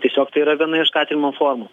tiesiog tai yra viena iš skatinimo formų